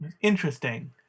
interesting